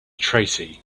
tracy